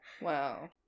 Wow